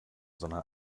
sondern